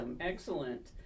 Excellent